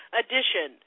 edition